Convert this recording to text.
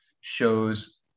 shows